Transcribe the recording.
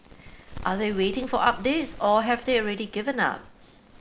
are they waiting for updates or have they already given up